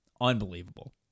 Unbelievable